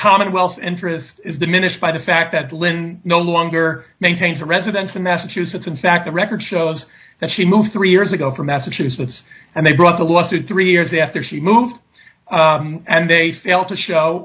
commonwealth's interest is the minutes by the fact that lynn no longer maintains her residence in massachusetts in fact the record shows that she moved three years ago from massachusetts and they brought the lawsuit three years after she moved and they fail to show